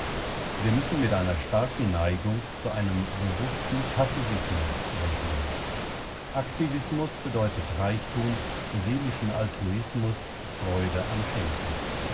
wir müssen mit einer starken neigung zu einem bewußten passivismus rechnen aktivismus bedeutet reichtum seelischen altruismus freude am schenken